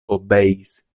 obeis